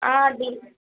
అది